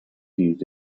used